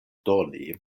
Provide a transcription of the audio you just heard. doni